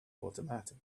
automatic